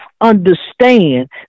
understand